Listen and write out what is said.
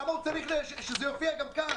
למה הוא צריך שזה יופיע גם כאן?